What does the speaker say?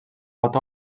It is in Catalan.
pot